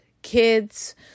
Kids